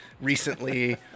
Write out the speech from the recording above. recently